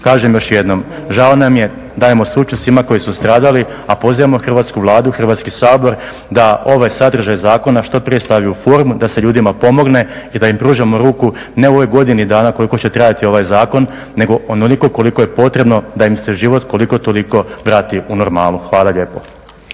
kažem još jednom, žao nam je, dajemo sućut svima koji su stradali, a pozivamo Hrvatsku Vladu, Hrvatski sabor da ovaj sadržaj zakona što prije stavi u formu da se ljudima pomogne i da im pružimo ruku, ne u ovoj godini dana koliko će trajati ovaj zakon, nego onoliko koliko je potrebno da im se život koliko toliko vrati u normalnu. Hvala lijepo.